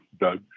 Doug